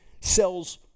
sells